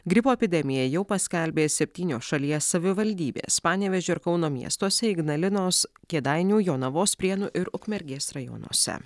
gripo epidemiją jau paskelbė septynios šalies savivaldybės panevėžio ir kauno miestuose ignalinos kėdainių jonavos prienų ir ukmergės rajonuose